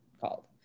called